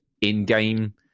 in-game